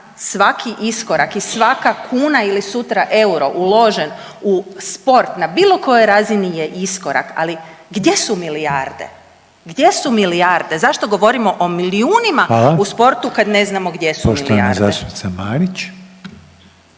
svaki iskorak i svaka kuna ili sutra euro uložen u sport na bilo kojoj razini je iskorak, ali gdje su milijarde? Gdje su milijarde? Zašto govorimo o milijunima u sportu …/Upadica: Hvala./… kad ne znamo gdje su milijarde?